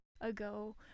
ago